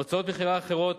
הוצאות מכירה אחרות,